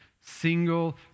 single